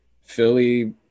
Philly